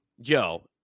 Joe